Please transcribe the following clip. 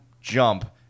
jump